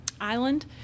island